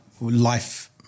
life